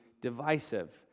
divisive